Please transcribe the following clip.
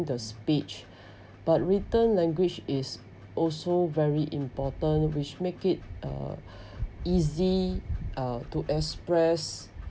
the speech but written language is also very important which make it uh easy uh to express